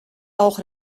auch